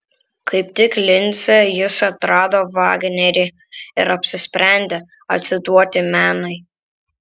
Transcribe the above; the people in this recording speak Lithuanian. kaip tik lince jis atrado vagnerį ir apsisprendė atsiduoti menui